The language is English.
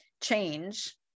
change